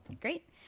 Great